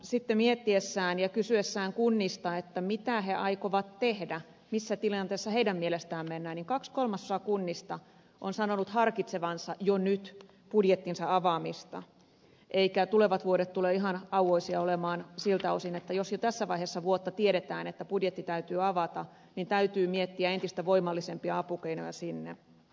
kun mietitään ja kysytään kunnista mitä siellä aiotaan tehdä missä tilanteessa kuntien mielestä mennään niin kahdessa kolmasosassa kunnista on sanottu harkittavan jo nyt budjetin avaamista eivätkä tulevat vuodet tule ihan auvoisia olemaan siltä osin että jos tässä vaiheessa vuotta jo tiedetään että budjetti täytyy avata niin täytyy miettiä entistä voimallisempia apukeinoja sinne